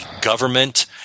government